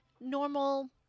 normal